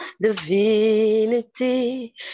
divinity